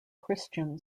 christian